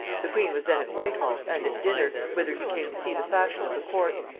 the queen was then at whitehall, and at dinner, whither he came to see the fashion of the court.